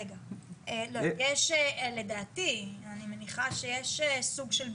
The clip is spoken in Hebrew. יש לדעתי אני מניחה שיש סוג של ביקוש.